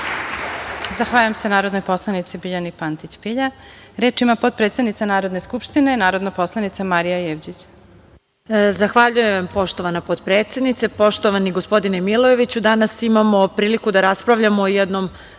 Zahvaljujem, poštovana potpredsednice. Poštovani gospodine Milojeviću, danas imamo priliku da raspravljamo o jednom